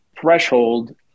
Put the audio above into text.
threshold